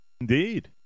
indeed